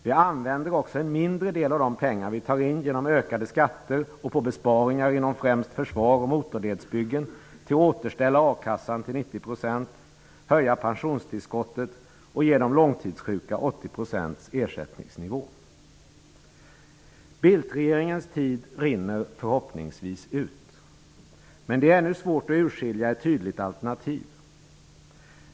Vi använder också en mindre del av de pengar vi tar in genom ökade skatter och besparingar inom främst försvar och motorledsbyggen till att återställa a-kassan till 90 %, höja pensionstillskottet och ge de långtidssjuka 80 % ersättningsnivå. Bildtregeringens tid rinner förhoppningsvis ut. Men det är ännu svårt att urskilja ett tydligt alternativ.